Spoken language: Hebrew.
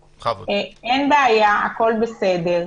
בעיה, הכול בסדר,